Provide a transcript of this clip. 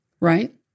right